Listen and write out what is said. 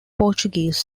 portuguese